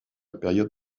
période